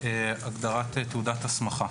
(6)במקום ההגדרה "תעודת הסמכה"